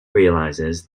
realizes